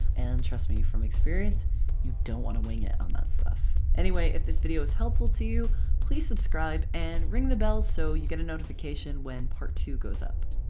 and trust me, from experience you don't want to wing it on that stuff. anyway if video is helpful to you please subscribe and ring the bells so you get a notification when part two goes up.